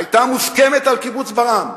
היתה מוסכמת על קיבוץ ברעם,